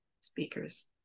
speakers